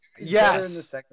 Yes